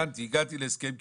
הבנתי - הגעתי להסכם קיבוצי,